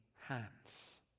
hands